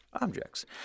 objects